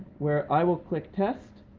where i will click test.